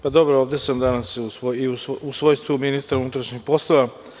Pa, dobro, ovde sam danas i u svojstvu ministra unutrašnjih poslova.